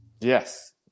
Yes